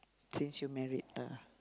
since you married a